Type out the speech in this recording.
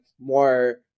more